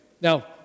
Now